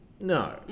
No